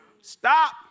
stop